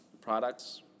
products